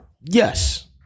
Yes